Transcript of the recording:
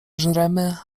żremy